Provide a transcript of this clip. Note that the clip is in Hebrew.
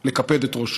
לקפד את ראשו.